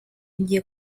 ngiye